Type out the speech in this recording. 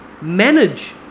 Manage